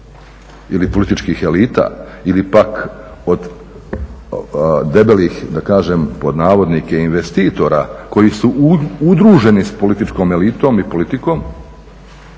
ili političkih elita ili pak od "debelih investitora" koji su udruženi sa političkom elitom i politikom,